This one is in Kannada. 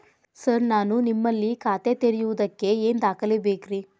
ಸರ್ ನಾನು ನಿಮ್ಮಲ್ಲಿ ಖಾತೆ ತೆರೆಯುವುದಕ್ಕೆ ಏನ್ ದಾಖಲೆ ಬೇಕ್ರಿ?